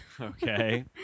Okay